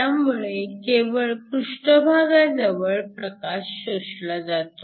त्यामुळे केवळ पृष्ठभागाजवळ प्रकाश शोषला जातो